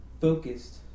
focused